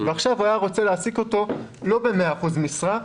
ועכשיו הוא היה רוצה להעסיק אותו ב-2/3 משרה,